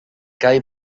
gai